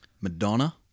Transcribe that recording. Madonna